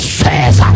says